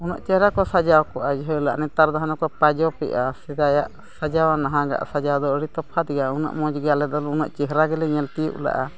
ᱩᱱᱟᱹᱜ ᱪᱮᱦᱨᱟ ᱠᱚ ᱥᱟᱡᱟᱣ ᱠᱚᱜᱼᱟ ᱡᱷᱟᱹᱞᱟᱜᱼᱟ ᱱᱮᱛᱟᱨ ᱫᱚ ᱦᱟᱱᱮ ᱠᱚ ᱯᱟᱡᱚᱠ ᱮᱜᱼᱟ ᱥᱮᱫᱟᱭᱟᱜ ᱥᱟᱡᱟᱣ ᱟᱨ ᱱᱟᱦᱟᱜᱟᱜ ᱥᱟᱡᱟᱣ ᱫᱚ ᱟᱹᱰᱤ ᱛᱚᱯᱷᱟᱛ ᱜᱮᱭᱟ ᱩᱱᱟᱹᱜ ᱢᱚᱡᱽ ᱫᱚ ᱟᱞᱮ ᱫᱚ ᱱᱩᱱᱟᱹᱜ ᱪᱮᱦᱨᱟ ᱜᱮᱞᱮ ᱧᱮᱞ ᱛᱤᱭᱳᱜ ᱞᱮᱜᱼᱟ